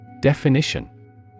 Definition